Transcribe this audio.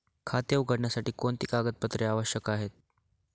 खाते उघडण्यासाठी कोणती कागदपत्रे आवश्यक आहे?